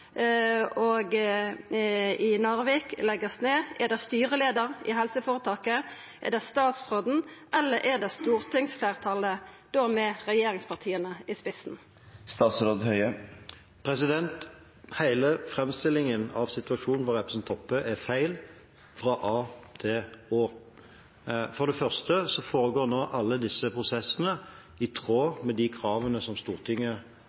og i Narvik vert lagde ned? Er det styreleiaren i helseføretaket, er det statsråden, eller er det stortingsfleirtalet, da med regjeringspartia i spissen? Hele representanten Toppes framstilling av situasjonen er feil, fra a til å. For det første foregår nå alle disse prosessene i tråd med de kravene som Stortinget